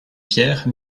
pierre